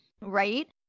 Right